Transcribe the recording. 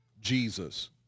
Jesus